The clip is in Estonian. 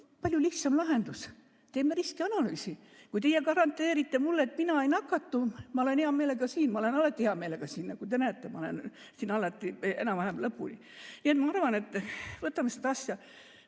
palju lihtsam lahendus. Teeme riskianalüüsi! Kui teie garanteerite mulle, et mina ei nakatu, siis ma olen hea meelega siin. Ma olen alati hea meelega siin, nagu te näete, ma olen siin alati enam-vähem lõpuni. Nii et ma arvan, et võtame seda asja